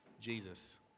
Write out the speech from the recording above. Jesus